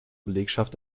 belegschaft